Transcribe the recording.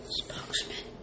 spokesman